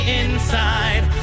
inside